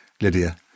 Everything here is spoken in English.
Lydia